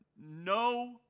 no